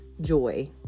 joy